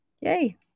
Yay